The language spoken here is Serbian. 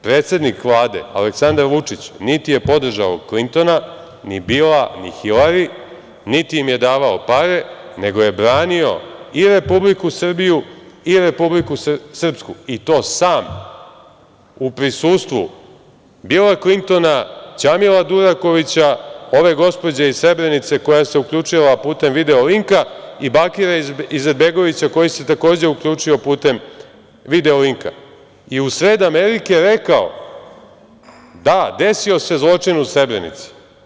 Predsednik Vlade Aleksandar Vučić niti je podržao Klintona, ni Bila, ni Hilari, niti im je davao pare, nego je branio i Republiku Srbiju i Republiku Srpsku i to sam, u prisustvu Bila Klintona, Ćamila Durakovića, obe gospođe iz Srebrenice koja se uključila putem video linka i Bakira Izetbegovića, koji se takođe uključio putem video linka i u sred Amerike rekao - da, desio se zločin u Srebrenici.